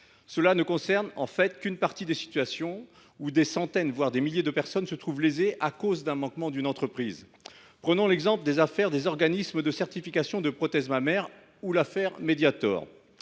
qui ne concerne en réalité qu’une partie des situations où des centaines – voire des milliers – de personnes se trouvent lésées à cause d’un manquement d’une entreprise. Prenons l’exemple du Mediator, ou celui des organismes de certification de prothèses mammaires. Dans ces